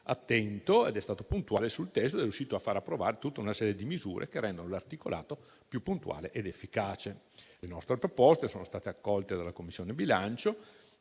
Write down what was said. attento e puntuale sul testo ed è riuscito a far approvare tutta una serie di misure che rendano l'articolato più puntuale ed efficace. Le nostre proposte sono state accolte dalla Commissione bilancio,